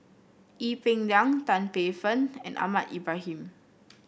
Ee Peng Liang Tan Paey Fern and Ahmad Ibrahim